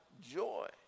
joy